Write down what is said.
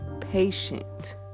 patient